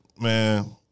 Man